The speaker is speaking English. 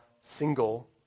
single